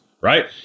Right